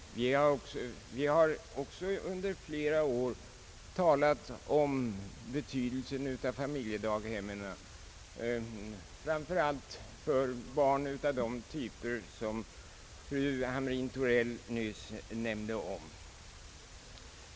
Även vi har under flera år talat om betydelsen av familjedaghemmen, framför allt för sådana barn som fru Hamrin-Thorell nyss nämnde om.